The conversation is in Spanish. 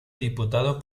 diputado